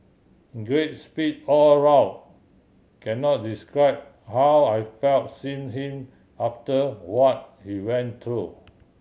great speech all round can not describe how I felt seeing him after what he went through